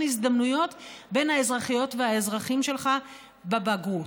הזדמנויות בין האזרחיות והאזרחים שלך בבגרות.